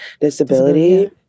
Disability